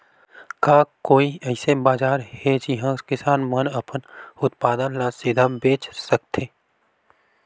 का कोई अइसे बाजार हे जिहां किसान मन अपन उत्पादन ला सीधा बेच सकथे?